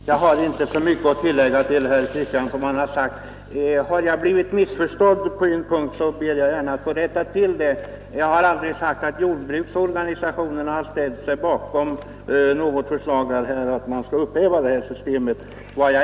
Herr talman! Jag har inte så mycket att tillägga till det som herr Kristiansson i Harplinge har sagt. Har jag blivit missförstådd på en punkt ber jag att få rätta till det. Jag har aldrig sagt att jordbruksorganisationerna har ställt sig bakom något förslag om att upphäva det här systemet.